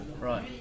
right